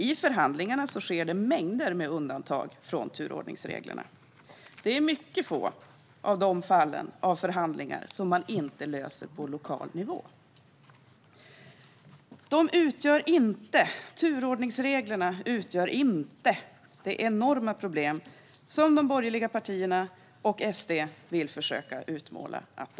I förhandlingarna görs mängder av undantag från turordningsreglerna. I mycket få fall löser man inte detta genom förhandlingar på lokal nivå. Turordningsreglerna utgör inte det enorma problem som de borgerliga partierna och SD vill utmåla dem till.